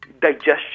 digestion